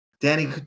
Danny